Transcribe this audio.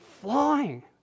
flying